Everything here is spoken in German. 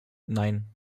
nein